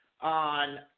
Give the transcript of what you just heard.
on